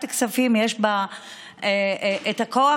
כלום,